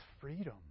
freedom